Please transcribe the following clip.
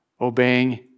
Obeying